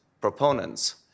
proponents